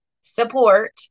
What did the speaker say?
support